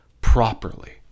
properly